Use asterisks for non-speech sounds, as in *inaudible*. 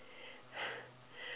*laughs*